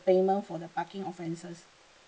payment for the parking offences